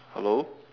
hello